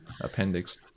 appendix